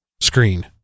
screen